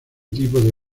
tipo